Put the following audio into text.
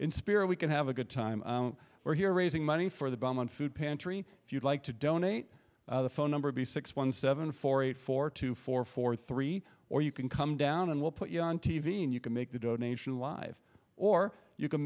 in spirit we can have a good time we're here raising money for the bomb and food pantry if you'd like to donate the phone number b six one seven four eight four two four four three or you can come down and we'll put you on t v and you can make the donation live or you can